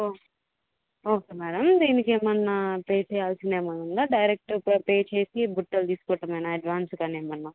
ఓ okay madam దీనికి ఏమన్నా pay చేయాల్సింది ఏమన్నా ఉందా డైరెక్ట్ పే చేసి బుట్టలు తీసుకోవటమేనా అడ్వాన్స్ కానీ ఏమన్నా